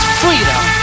freedom